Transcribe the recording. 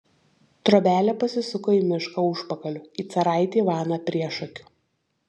trobelė pasisuko į mišką užpakaliu į caraitį ivaną priešakiu